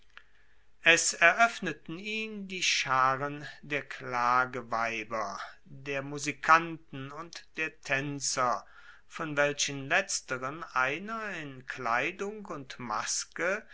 es eroeffneten ihn die scharen der klageweiber der musikanten und der taenzer von welchen letzteren einer in kleidung und maske